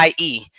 IE